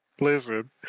Listen